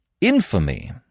Infamy